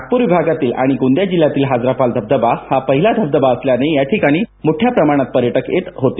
नागपूर विभागातील आणि गोंदिया जिल्यातील हजराफाल धबधबा पहिलाच धबधबा असल्याने या ठिकाणी मोठ्या प्रमाणात पर्यटक येत होते